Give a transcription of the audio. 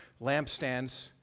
lampstands